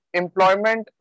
employment